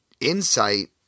Insight